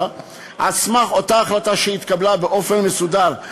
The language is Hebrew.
על סמך אותה החלטה שהתקבלה באופן מסודר,